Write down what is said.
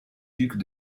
duc